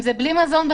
אם זה בלי מזון,